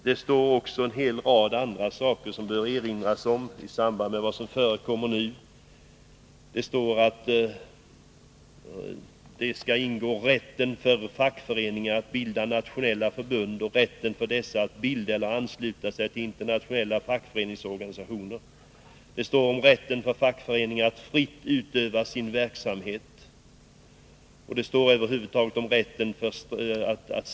Det står också en hel rad andra saker som det bör erinras om i samband med vad som förekommer nu, nämligen att staterna skall säkerställa ”rätten för fackföreningar att bilda nationella förbund och rätten för dessa att bilda eller ansluta sig till internationella fackföreningsorganisationer”. Det står vidare om ”rätten för fackföreningar att fritt utöva sin verksamhet” och om ”rätten att strejka”.